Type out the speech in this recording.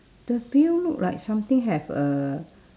the veil look like something have a